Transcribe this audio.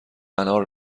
انار